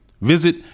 Visit